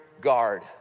guard